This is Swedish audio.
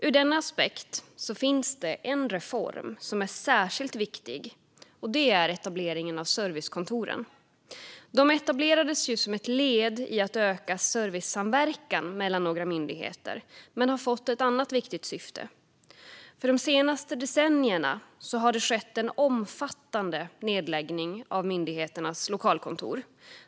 Ur denna aspekt finns det en reform som är särskilt viktig. Det är etableringen av servicekontor. De etablerades som ett led i att öka servicesamverkan mellan några myndigheter men har fått ett annat viktigt syfte. De senaste decennierna har det skett en omfattande nedläggning av myndigheternas lokalkontor.